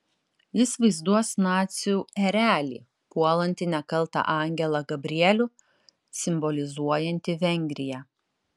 jis vaizduos nacių erelį puolantį nekaltą angelą gabrielių simbolizuojantį vengriją